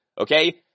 okay